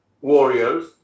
warriors